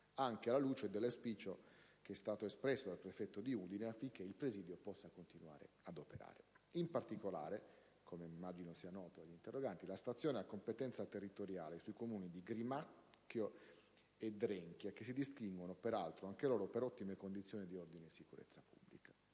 anche alla luce dell'auspicio espresso dal prefetto di Udine affinché il presidio possa continuare ad operare. In particolare, come immagino sia noto agli interroganti, la stazione ha competenza territoriale sui Comuni di Grimacco e Drenchia che si distinguono, peraltro, per le ottime condizioni di ordine e di sicurezza pubblica.